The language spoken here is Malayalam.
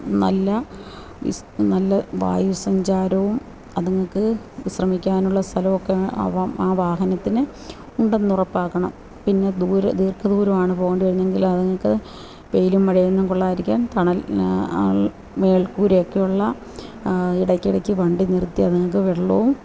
നല്ല വിസ് നല്ല വായു സഞ്ചാരവും അതുങ്ങൾക്ക് വിശ്രമിക്കാനുള്ള സ്ഥലമൊക്കെ ആവകാം ആ വാഹനത്തിന് ഉണ്ടെന്നു ഉറപ്പാക്കണം പിന്നെ ദൂരെ ദീർഘദൂരമാണ് പോകേണ്ടിവരുന്നെങ്കിൽ അതുങ്ങൾക്ക് വെയിലും മഴയൊന്നും കൊള്ളാതിരിക്കാൻ തണൽ മേൽക്കൂരയൊക്കെയുള്ള ഇടയ്ക്കിടയ്ക്കു വണ്ടി നിർത്തി അതുങ്ങൾക്ക് വെള്ളവും